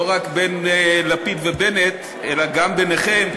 לא רק בין לפיד ובנט אלא גם ביניכן,